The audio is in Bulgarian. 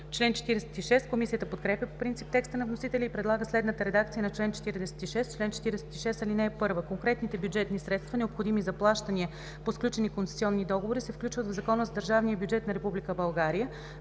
чл. 35.“ Комисията подкрепя по принцип текста на вносителя и предлага следната редакция на чл. 46: „Чл. 46. (1) Конкретните бюджетни средства, необходими за плащания по сключени концесионни договори, се включват в Закона за държавния бюджет на